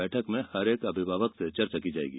बैठक में प्रत्येक अभिभावक से चर्चा की जायेगी